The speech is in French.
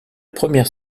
première